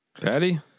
Patty